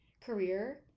career